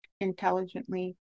intelligently